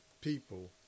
people